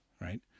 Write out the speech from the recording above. right